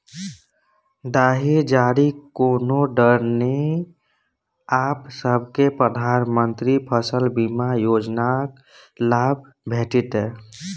दाही जारीक कोनो डर नै आब सभकै प्रधानमंत्री फसल बीमा योजनाक लाभ भेटितै